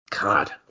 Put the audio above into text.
God